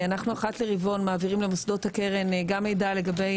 אנחנו אחת לרבעון מעבירים למוסדות הקרן גם מידע לגבי